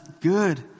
good